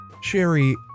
Sherry